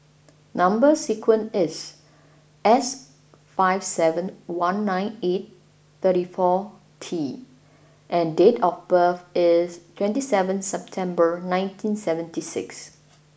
number sequence is S five seven one nine eight thirty four T and date of birth is twenty seven September nineteen seventy six